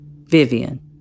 Vivian